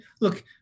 look